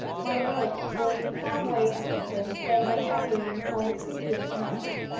my nerves were in some way weaker than they had been on the previous night.